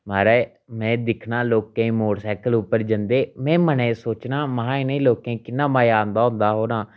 महाराज में दिक्खना लोकें ई मोटरसाइकल उप्पर जंदे में मनै च सोचनां महां इनें लोकें किन्ना मजा आंदा होंदा होना